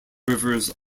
rivers